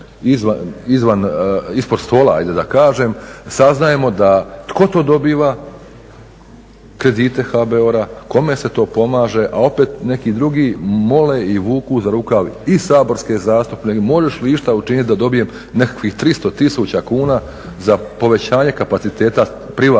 izvan, ispod stola hajde da kažem saznajemo da tko to dobiva kredite HBOR-a, kome se to pomaže, a opet neki drugi mole i vuku za rukav i saborske zastupnike možeš li išta učiniti da dobijem nekakvih 300 000 kuna za povećanje kapaciteta privatnog